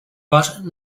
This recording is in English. but